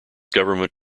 government